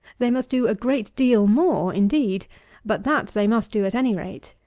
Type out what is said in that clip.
they must do a great deal more, indeed but that they must do at any rate.